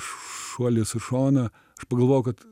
šuolis į šoną pagalvojau kad